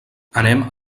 anem